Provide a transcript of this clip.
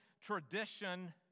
tradition